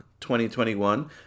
2021